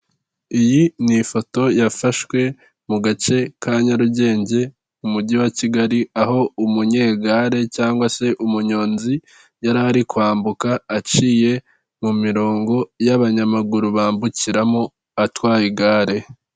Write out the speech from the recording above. Iyi ni ifoto yafashwe mu gace ka nyarugenge mujyi wa kigali, aho umunyegare cyangwa se umunyonzi yarari kwambuka aciye mu mirongo y'abanyamaguru bambukiramo atwaye igare.